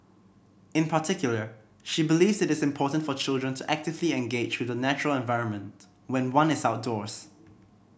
in particular she believes it is important for children to actively engage with the natural environment when one is outdoors